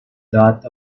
dot